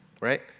Right